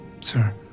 sir